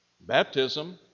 Baptism